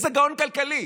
איזה גאון כלכלי?